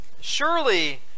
Surely